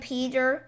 Peter